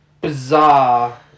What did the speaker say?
bizarre